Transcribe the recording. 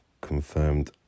confirmed